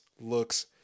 looks